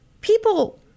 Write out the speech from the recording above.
People